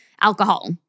Alcohol